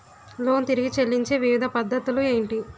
Loan తిరిగి చెల్లించే వివిధ పద్ధతులు ఏంటి?